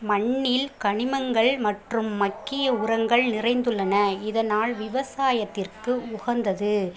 மண்ணில் கனிமங்கள் மற்றும் மட்கிய உரங்கள் நிறைந்துள்ளன இதனால் விவசாயத்திற்கு உகந்தது